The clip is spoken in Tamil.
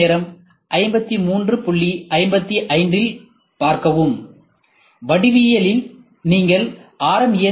திரையின் நேரம் 5355இல் பார்க்கவும் வடிவியலில் நீங்கள் ஆர்